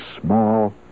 small